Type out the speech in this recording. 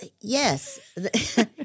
Yes